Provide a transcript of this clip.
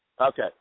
Okay